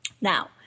Now